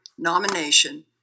nomination